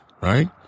right